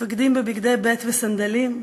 מפקדים בבגדי ב' וסנדלים,